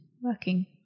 working